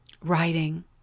writing